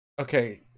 Okay